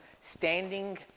standing